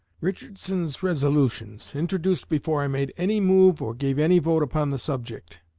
richardson's resolutions, introduced before i made any move or gave any vote upon the subject,